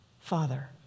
father